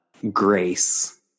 grace